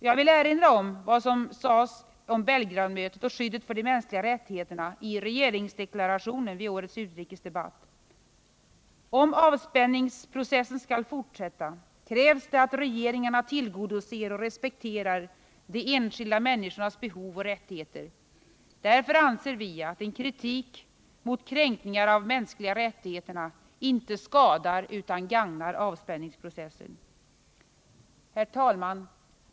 Jag vill erinra om vad som sades om Belgradmötet och skyddet för de mänskliga rättigheterna i regeringsdeklarationen vid årets utrikesdebatt: ”Om avspänningsprocessen skall fortsätta, krävs det att regeringarna tillgodoser och respekterar de enskilda människornas behov och rättigheter. Därför anser vi att den kritik mot kränkningar av de mänskliga rättigheterna inte skadar utan gagnar avspänningsprocessen.” Herr talman!